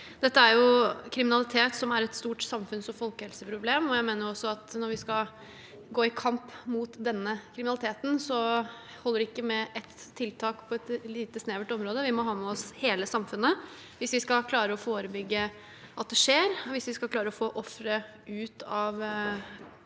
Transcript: Dette er kriminalitet som er et stort samfunns- og folkehelseproblem, og jeg mener også at når vi skal gå i kamp mot denne kriminaliteten, holder det ikke med ett tiltak på et lite, snevert område. Vi må ha med oss hele samfunnet hvis vi skal klare å forebygge at det skjer, og hvis vi skal klare å få ofre ut av